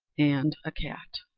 and a cat.